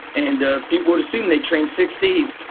and people would assume they train six days.